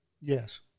Yes